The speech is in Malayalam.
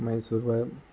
മൈസൂർ പഴം